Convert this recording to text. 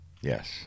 Yes